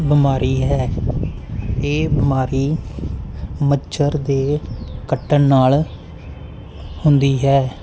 ਬਿਮਾਰੀ ਹੈ ਇਹ ਬਿਮਾਰੀ ਮੱਛਰ ਦੇ ਕੱਟਣ ਨਾਲ ਹੁੰਦੀ ਹੈ